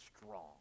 strong